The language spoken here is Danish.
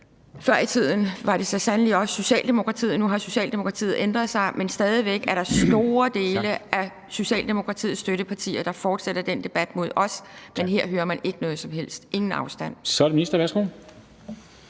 Før i tiden var det så sandelig også Socialdemokratiet, og nu har Socialdemokratiet ændret sig, men stadig væk er der store dele af Socialdemokratiets støttepartier, der fortsætter den debat mod os. Men her hører man ikke noget som helst, ingen afstandtagen.